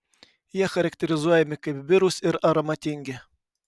jie charakterizuojami kaip birūs ir aromatingi